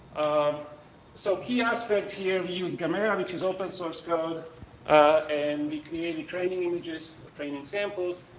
um so kiosk starts here we use camera which is open source code and we created training images, training samples.